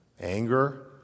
Anger